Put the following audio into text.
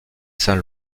saint